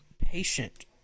Patient